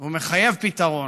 והוא מחייב פתרון.